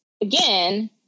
again